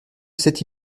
cette